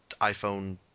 iPhone